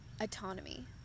autonomy